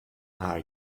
are